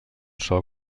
sol